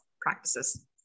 practices